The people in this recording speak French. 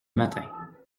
matin